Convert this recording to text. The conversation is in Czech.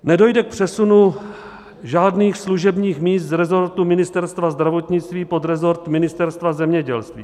Nedojde k přesunu žádných služebních míst z resortu Ministerstva zdravotnictví pod resort Ministerstva zemědělství.